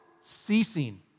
Ceasing